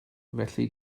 felly